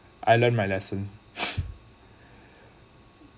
I learned my lesson